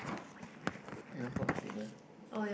you don't put on table